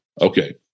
Okay